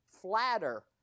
flatter